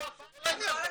-- עם כל הכבוד,